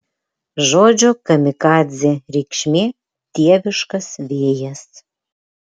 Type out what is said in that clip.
žodžio kamikadzė reikšmė dieviškas vėjas